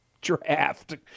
draft